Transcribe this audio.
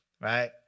right